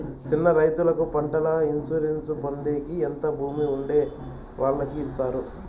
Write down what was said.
చిన్న రైతుకు పంటల ఇన్సూరెన్సు పొందేకి ఎంత భూమి ఉండే వాళ్ళకి ఇస్తారు?